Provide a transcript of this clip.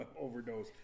overdose